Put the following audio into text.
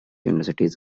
universities